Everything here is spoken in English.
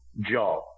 job